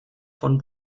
von